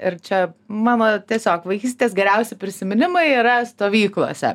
ir čia mano tiesiog vaikystės geriausi prisiminimai yra stovyklose